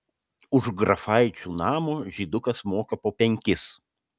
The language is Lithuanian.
už grafaičių namo žydukas moka po penkis